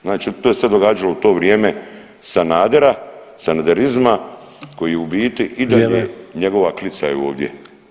Znači to je se događalo u to vrijeme Sanadera, sanaderizma koji je u biti i dalje [[Upadica Sanader: Vrijeme.]] njegova klica je ovdje i